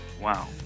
Wow